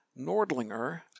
nordlinger